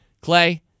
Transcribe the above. Clay